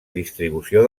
distribució